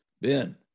Ben